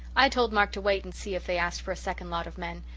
i told mark to wait and see if they asked for a second lot of men.